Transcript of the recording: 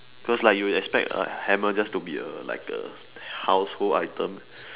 because like you would expect a hammer just to be a like a household item